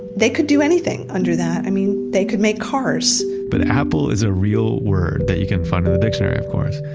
they could do anything under that i mean, they could make cars but apple is a real word that you can find in the dictionary of course.